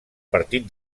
partit